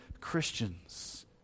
Christians